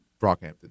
brockhampton